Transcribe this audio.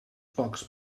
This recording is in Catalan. pocs